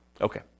Okay